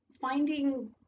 finding